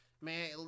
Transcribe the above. Man